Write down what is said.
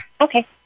Okay